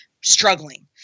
struggling